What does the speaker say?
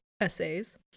essays